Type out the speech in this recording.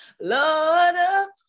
Lord